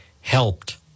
helped